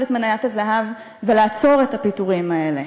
את מניית הזהב ולעצור את הפיטורים האלה.